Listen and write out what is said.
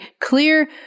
Clear